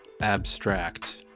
abstract